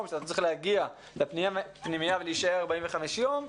שצריך להגיע לפנימייה ולהישאר 45 יום,